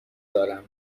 دارم